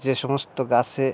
যে সমস্ত গাছে